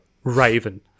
raven